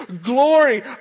glory